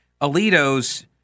Alito's